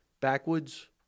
backwards